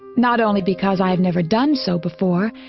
not only because i've never done so before,